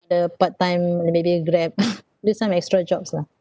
the part time like maybe Grab do some extra jobs lah